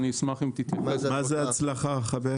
מה זה "הצלחה"?